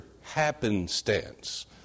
happenstance